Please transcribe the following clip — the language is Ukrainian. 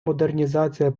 модернізація